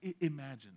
Imagine